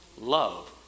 love